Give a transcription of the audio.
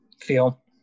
feel